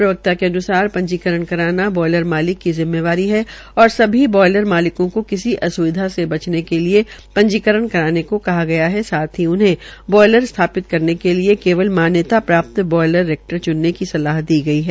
प्रवक्ता के अन्सार पंजीकरण करना बॉयलर मालिक की जिम्मेवारी है और सभी बॉयलर माकिलों को किसी अस्विधा से बचने के लिये पंजीकरण करने को कहा गया है साथ ही उन्हें बॉलयर स्थापित करने के लिये केवल मान्यता प्राप्त बॉयलर रेक्टर चुनने की सलाह दी गई है